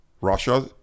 Russia